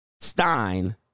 stein